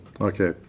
Okay